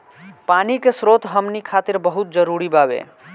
पानी के स्रोत हमनी खातीर बहुत जरूरी बावे